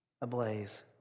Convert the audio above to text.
ablaze